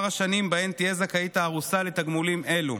השנים שבהן תהיה זכאית הארוסה לתגמולים אלו.